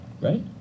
right